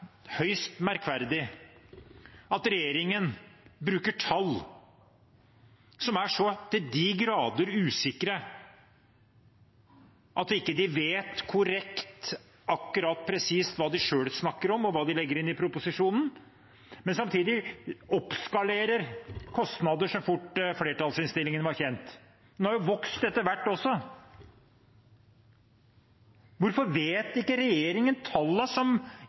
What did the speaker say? høyst merkverdig at regjeringen bruker tall som er så til de grader usikre at de ikke vet korrekt og akkurat presist hva de selv snakker om, og hva de legger inn i proposisjonen, men samtidig oppskalerer kostnader så fort flertallsinnstillingen var kjent. Det har jo vokst etter hvert også. Hvorfor vet ikke regjeringen